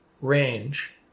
range